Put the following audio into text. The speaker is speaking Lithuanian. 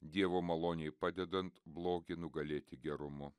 dievo malonei padedant blogį nugalėti gerumu